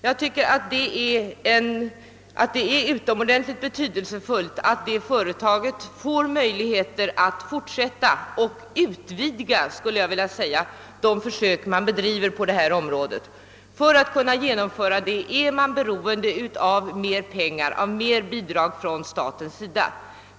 Jag tycker det är utomordentligt betydelsefullt att detta företag ges möjligheter att fortsätta och utvidga de försök det bedriver på detta område. Därför är företaget i hög grad beroende av betydligt ökade bidrag från staten.